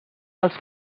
els